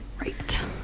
right